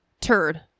Turd